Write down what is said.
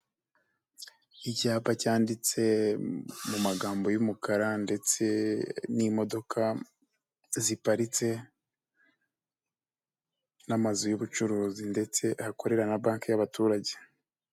Icyapa cyanditse mu magambo y'umukara ndetse n'imodoka ziparitse, n'amazu y'ubucuruzi ndetse ahakorera na banke y'abaturage.